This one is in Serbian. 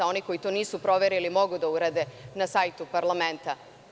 Oni koji to nisu proverili, mogu da urade na sajtu parlamenta.